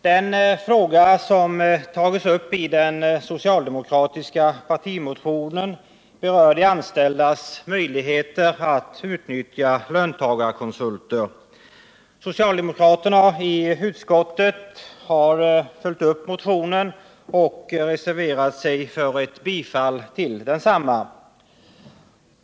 Den fråga som tagits upp i den socialdemokratiska partimotionen berör de anställdas möjligheter att utnyttja löntagarkonsulter. Socialdemokraterna i utskottet har följt upp motionen och reserverat sig för ett bifall till densamma.